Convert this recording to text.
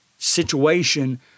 situation